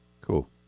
Cool